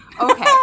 Okay